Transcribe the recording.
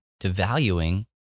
devaluing